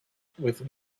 with